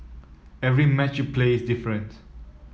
every match you play is different